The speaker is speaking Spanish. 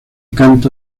canta